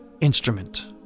instrument